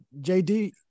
JD